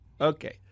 Okay